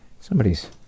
somebody's